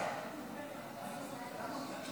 חברותיי וחבריי